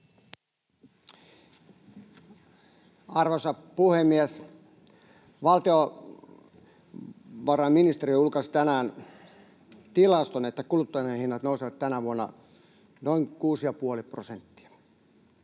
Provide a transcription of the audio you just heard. Arvoisa puhemies! Valtiovarainministeriö julkaisi tänään tilaston, että kuluttajahinnat nousevat tänä vuonna noin kuusi